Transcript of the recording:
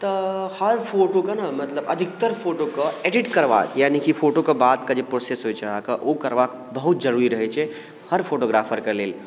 तऽ हर फोटोके ने मतलब अधिकतर फोटो कऽ एडिट करबाक यानि कि फोटोके बाद कऽ जे प्रोसेस होइत छै अहाँकेँ ओ करबाक बहुत जरूरी रहैत छै हर फोटोग्राफरके लेल